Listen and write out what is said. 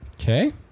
Okay